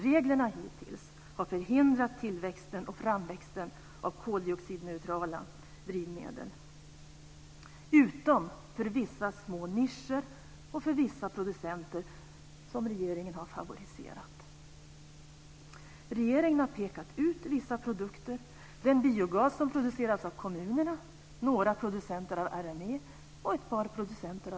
Reglerna har hittills förhindrat framväxten av koldioxidneutrala drivmedel, utom i vissa små nischer och hos vissa producenter som regeringen har favoriserat. Regeringen har pekat ut vissa produkter, den biogas som produceras av kommunerna, några tillverkare av RME och ett par etanolproducenter.